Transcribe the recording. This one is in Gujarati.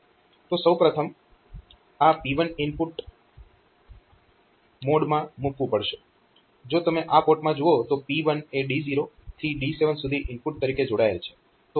તો સૌ પ્રથમ આ P1 ને ઇનપુટ મોડ માં મૂકવું પડશે જો તમે આ પોર્ટમાં જુઓ તો P1 એ D0 થી D7 સુધી ઇનપુટ તરીકે જોડાયેલ છે